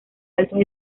altos